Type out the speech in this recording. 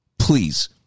Please